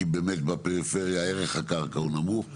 כי באמת בפריפריה ערך הקרקע הוא נמוך.